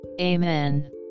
Amen